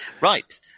Right